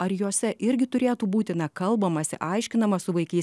ar jose irgi turėtų būti na kalbamasi aiškinama su vaikais